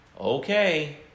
Okay